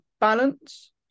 balance